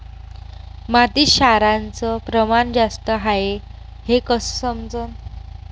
मातीत क्षाराचं प्रमान जास्त हाये हे कस समजन?